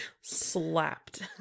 slapped